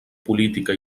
política